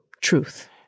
truth